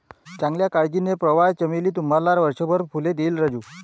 चांगल्या काळजीने, प्रवाळ चमेली तुम्हाला वर्षभर फुले देईल राजू